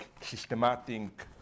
systematic